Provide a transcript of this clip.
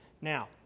Now